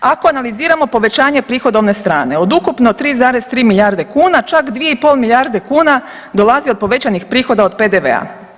Ako analiziramo povećanje prihodovne strane od ukupno 3,3 milijarde kuna čak 2,5 milijarde kuna dolazi od povećanih prihoda od PDV-a.